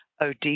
OD